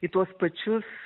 į tuos pačius